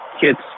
kids